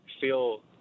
feel